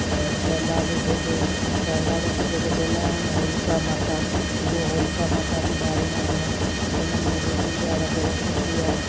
प्रहलाद जेके प्रहलाद खे जेके जलाई हुई होलिका माता उहो होलिका माता बि ॿारींदा आहियूं उन में बि पूॼा वग़ैरह थींदी आहे